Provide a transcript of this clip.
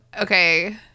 Okay